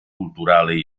culturale